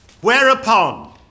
Whereupon